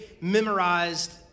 memorized